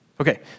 Okay